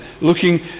looking